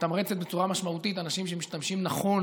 שמתמרצת בצורה משמעותית אנשים שמשתמשים נכון